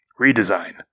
redesign